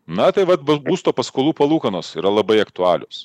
na tai va būsto paskolų palūkanos yra labai aktualios